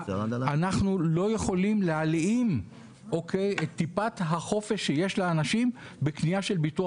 אנחנו לא יכולים להלאים את טיפת החופש שיש לאנשים בקניית ביטוח